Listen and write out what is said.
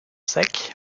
secs